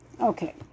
Okay